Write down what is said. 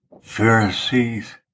Pharisees